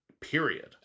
period